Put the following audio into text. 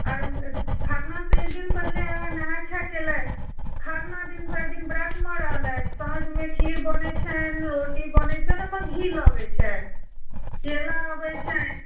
आर खरनासँ एक दिन पहिले अहाँ नहाए खाए कयलक खरना दिन भरि दिन व्रतमे रहलथि साँझमे खीर बनैत छनि रोटी बनैत छनि ओहिमे घी लगैत छनि केला अबैत छनि